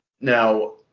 Now